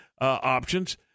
options